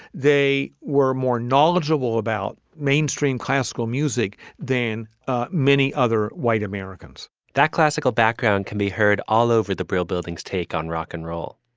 they were more knowledgeable about mainstream classical music than many other white americans that classical background can be heard all over the brill buildings. take on rock and roll,